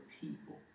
people